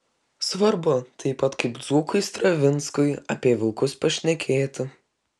svarbu taip pat kaip dzūkui stravinskui apie vilkus pašnekėti